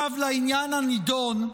עכשיו לעניין הנדון.